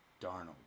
Darnold